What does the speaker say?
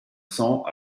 cents